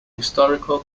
historical